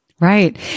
Right